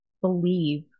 believe